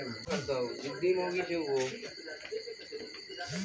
छोट व्यवसायक रूप मे किरानाक दोकान, बेकरी, आदि शुरू कैल जा सकैए